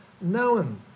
known